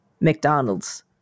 McDonald's